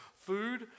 food